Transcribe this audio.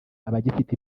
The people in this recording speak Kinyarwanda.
abagifite